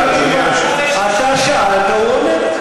הוא קורא לי שקרן, אתה שאלת, הוא עונה.